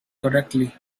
correctly